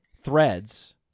threads